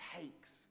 takes